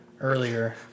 earlier